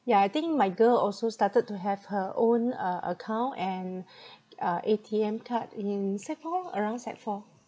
yeah I think my girl also started to have her own uh account and uh A_T_M card in sec four lor around sec four